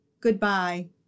Goodbye